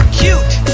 cute